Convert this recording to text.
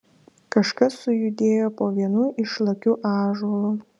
kažkas sujudėjo po vienu išlakiu ąžuolu